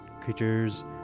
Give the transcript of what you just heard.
Creatures